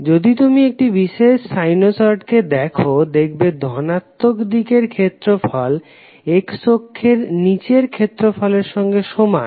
যদি তুমি একটি বিশেষ সাইনোসডকে দেখো দেখবে ধনাত্মক দিকের ক্ষেত্রফল X অক্ষের নিচের ক্ষেত্রফলের সঙ্গে সমান